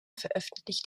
veröffentlicht